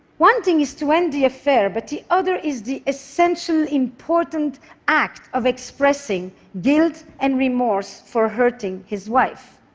one thing is to end the affair, but the other is the essential, important act of expressing guilt and remorse for hurting his wife.